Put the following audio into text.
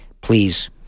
please